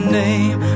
name